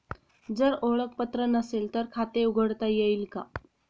जर ओळखपत्र नसेल तर खाते उघडता येईल का?